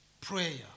Prayer